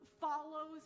follows